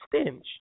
stench